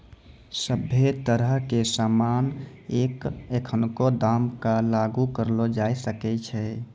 सभ्भे तरह के सामान पर एखनको दाम क लागू करलो जाय सकै छै